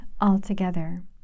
altogether